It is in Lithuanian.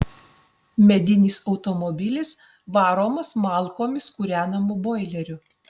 medinis automobilis varomas malkomis kūrenamu boileriu